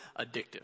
addictive